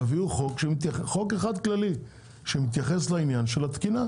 תביאו חוק אחד כללי שמתייחס לעניין של התקינה.